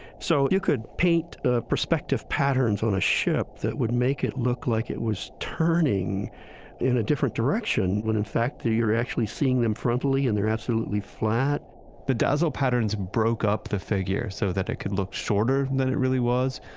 so, you could paint ah perspective patterns on a ship that would make it look like it was turning in a different direction, when in fact, you're actually seeing them frontly and they're absolutely flat the dazzle patterns broke up the figure so that it could look shorter than it really was,